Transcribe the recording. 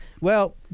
Well-